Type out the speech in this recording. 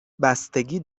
بستگی